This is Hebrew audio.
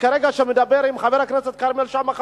שכרגע מדבר עם חבר הכנסת כרמל שאמה,